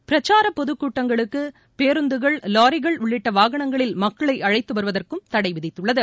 பிரச்சாரபொதுக்கூட்டங்களுக்குபேருந்துகள் வாரிகள் உள்ளிட்டவாகனங்களில் மக்களைஅழைத்துவருவதற்கும் தடைவிதித்துள்ளது